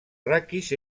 raquis